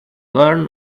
learn